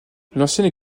l’ancienne